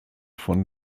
von